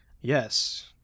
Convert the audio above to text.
yes